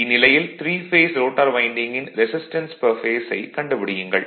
இந்நிலையில் three phase rotor வைண்டிங்கின் resistance per பேஸைக் கண்டுபிடியுங்கள்